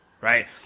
right